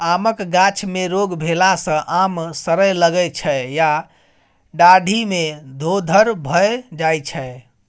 आमक गाछ मे रोग भेला सँ आम सरय लगै छै या डाढ़ि मे धोधर भए जाइ छै